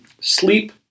sleep